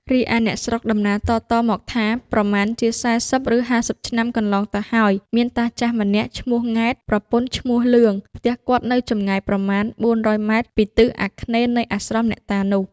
រីឯអ្នកស្រុកដំណាលតៗមកថា ប្រមាណជា ៤០ ឬ ៥០ ឆ្នាំកន្លងទៅហើយ មានតាចាស់ម្នាក់ឈ្មោះង៉ែត ប្រពន្ធ ឈ្មោះលឿង ផ្ទះគាត់នៅចម្ងាយប្រមាណ ៤០០ម ពីទិសអាគ្នេយ៍នៃអាស្រមអ្នកតានោះ ។